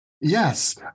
Yes